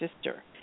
sister